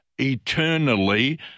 eternally